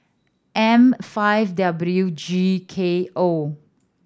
M five W G K O